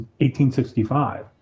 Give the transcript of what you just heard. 1865